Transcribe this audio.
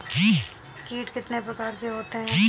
कीट कितने प्रकार के होते हैं?